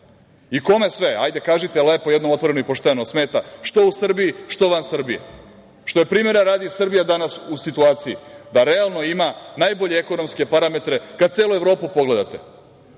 Kome sve? Kažite lepo jednom otvoreno i pošteno – smeta, što u Srbiji, što van Srbije. Što je, primera radi, Srbija danas u situaciji da realno ima najbolje ekonomske parametre kada celu Evropu pogledate.